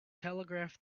telegraph